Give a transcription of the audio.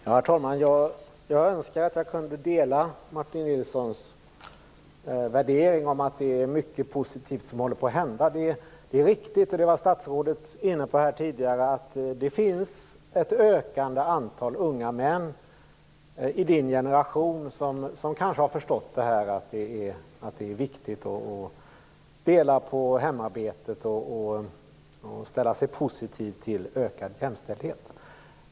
Herr talman! Jag önskar att jag kunde dela Martin Nilssons värdering att det är mycket positivt som håller på att hända. Det är riktigt, det var statsrådet inne på tidigare, att det finns ett ökande antal unga män i Martin Nilssons generation som kanske har förstått att det är viktigt att dela på hemarbetet och ställa sig positiv till ökad jämställdhet.